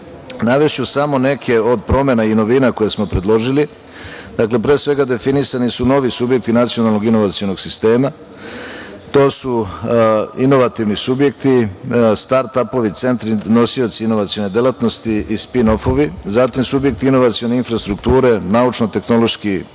samo neke od promena i novina koje smo predložili. Dakle, pre svega, definisani su novi subjekti nacionalnog inovacionog sistema. To su inovativni subjekti, startap centri, nosioci inovacione delatnosti, i spinofovi, zatim subjekti inovacione infrastrukture, naučno-tehnološki parkovi